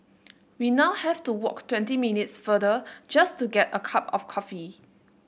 we now have to walk twenty minutes farther just to get a cup of coffee